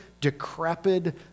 decrepit